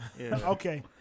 Okay